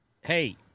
hey